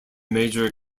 major